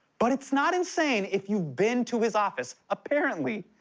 but it's not insane if you've been to his office. apparently,